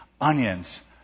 onions